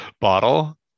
bottle